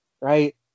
right